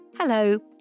Hello